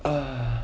ugh